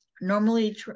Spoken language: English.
Normally